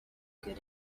good